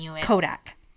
Kodak